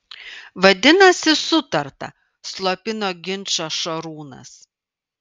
vadinasi sutarta slopino ginčą šarūnas